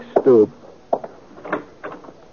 stoop